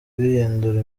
bihindura